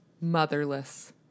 motherless